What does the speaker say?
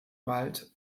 wald